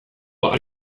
harri